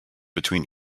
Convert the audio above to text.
between